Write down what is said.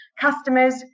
customers